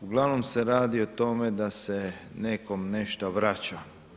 Uglavnom se radi o tome da se nekom nešto vraća.